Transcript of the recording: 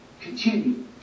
continue